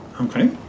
Okay